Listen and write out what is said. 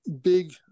big